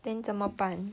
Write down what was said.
then 怎么办